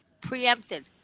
preempted